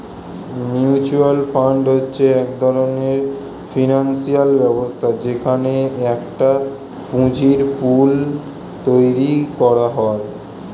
mutual fund হচ্ছে এক ধরণের ফিনান্সিয়াল ব্যবস্থা যেখানে একটা পুঁজির পুল তৈরী করা হয়